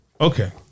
Okay